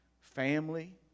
family